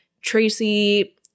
Tracy